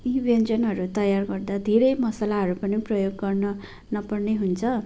यी व्यञ्जनहरू तयार गर्दा धेरै मसलाहरू पनि प्रयोग गर्न नपर्ने हुन्छ